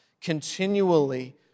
continually